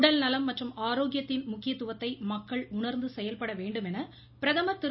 உடல்நலம் மற்றும் ஆரோக்கியத்தின் முக்கியத்துவத்தை மக்கள் உணர்ந்து செயல்பட வேண்டுமென பிரதமர் திரு